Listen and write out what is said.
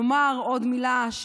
נאמר עוד מילה,